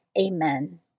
Amen